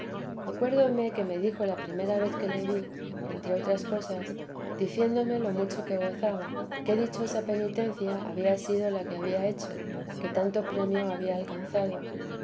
acuerdóme que me dijo la primera vez que le vi entre otras cosas diciéndome lo mucho que gozaba qué dichosa penitencia había sido la que había hecho que tanto premio había alcanzado